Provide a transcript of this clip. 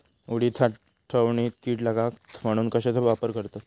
उडीद साठवणीत कीड लागात म्हणून कश्याचो वापर करतत?